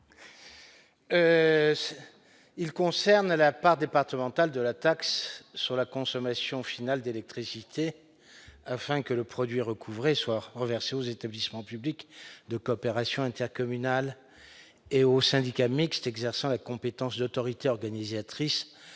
Il concerne la part départementale de la taxe sur la consommation finale d'électricité, afin que le produit recouvré soit reversé aux établissements publics de coopération intercommunale et aux syndicats mixtes exerçant la compétence d'autorité organisatrice